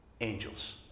Angels